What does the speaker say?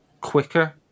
quicker